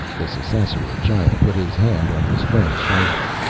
the ssassaror giant put his hand on his friend's shoulder.